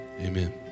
Amen